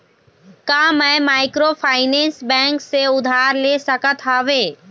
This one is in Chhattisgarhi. का मैं माइक्रोफाइनेंस बैंक से उधार ले सकत हावे?